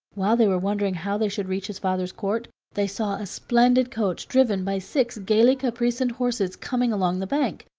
while they were wondering how they should reach his father's court, they saw a splendid coach driven by six gaily caparisoned horses coming along the bank.